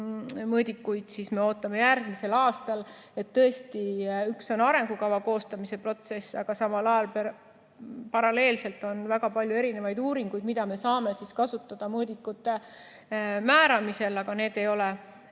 mõõdikuid me ootame järgmisel aastal. Tõesti, üks on arengukava koostamise protsess, aga samal ajal on paralleelselt väga palju uuringuid, mida me saame kasutada mõõdikute määramisel, aga need ei ole